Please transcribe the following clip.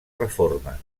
reformes